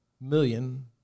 million